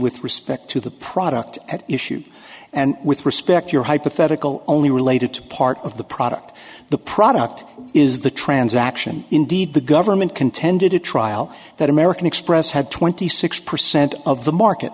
with respect to the product at issue and with respect your hypothetical only related to part of the product the product is the transaction indeed the government contended a trial that american express had twenty six percent of the market